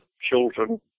children